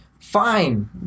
Fine